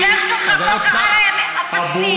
והחבר שלך פה קרא להם אפסים.